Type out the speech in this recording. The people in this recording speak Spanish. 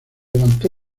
levantó